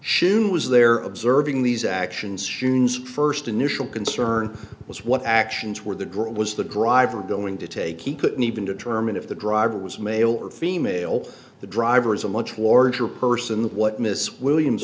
was there observing these actions sheen's first initial concern was what actions were the group was the driver going to take he couldn't even determine if the driver was male or female the driver is a much larger person that what miss williams